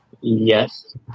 Yes